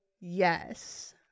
yes